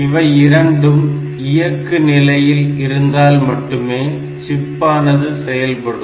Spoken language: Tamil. இவை இரண்டும் இயக்கு நிலையில் இருந்தால் மட்டுமே சிப்பானது செயல்படும்